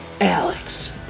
Alex